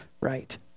right